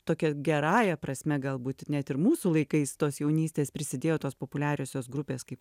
tokia gerąja prasme galbūt net ir mūsų laikais tos jaunystės prisidėjo tos populiariosios grupės kaip